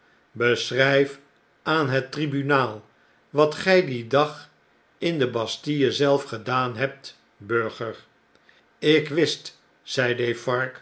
jbeschrgf aan het tribunaal wat gij dien dag in de bastille zelf gedaan hebt burger lk wist